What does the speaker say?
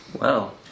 Wow